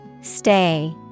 stay